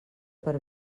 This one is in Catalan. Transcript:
per